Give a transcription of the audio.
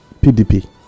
PDP